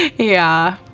yeah.